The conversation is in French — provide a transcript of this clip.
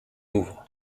ouvre